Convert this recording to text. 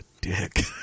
dick